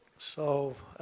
so